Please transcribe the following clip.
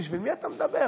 בשביל מי אתה מדבר?